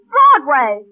Broadway